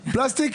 פלסטיק.